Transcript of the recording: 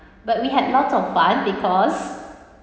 but we had lots of fun because